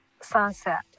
sunset